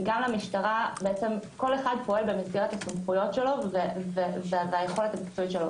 כי בעצם כל אחד פועל במסגרת הסמכויות שלו והיכולת המקצועית שלו.